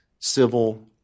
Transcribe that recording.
civil